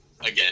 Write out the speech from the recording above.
Again